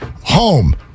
home